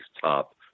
top